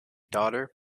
daughter